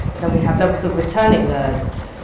then we have levels of returning learners,